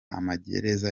amagereza